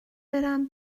برم